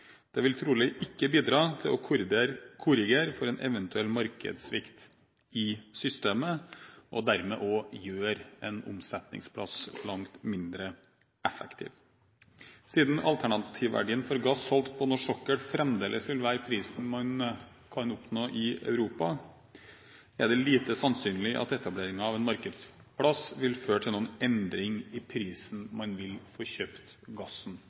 Det vil trolig ikke bidra til å korrigere for en eventuell markedssvikt i systemet, og gjør dermed også en omsetningsplass langt mindre effektiv. Siden alternativverdien for gass solgt på norsk sokkel fremdeles vil være den prisen man kan oppnå i Europa, er det lite sannsynlig at etablering av en markedsplass vil føre til noen endring i prisen man vil få kjøpt gassen